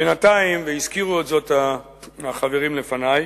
בינתיים, והזכירו זאת החברים לפני,